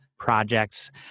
projects